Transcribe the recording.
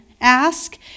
Ask